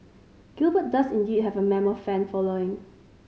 Gilbert does indeed have a mammoth fan following